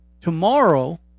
Tomorrow